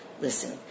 listen